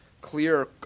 clear